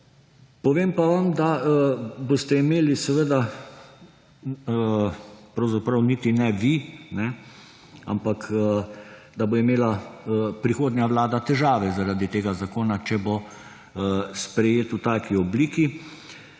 Povem pa vam, da boste imeli, pravzaprav niti ne vi, ampak da bo imela prihodnja vlada težave zaradi tega zakona, če bo sprejet v taki obliki.